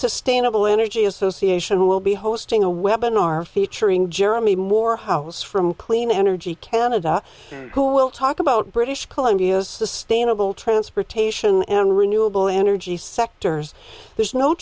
sustainable energy association will be hosting a weapon are featuring jeremy morehouse from clean energy canada who will talk about british columbia sustainable transportation and renewable energy sectors there's no